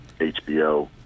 HBO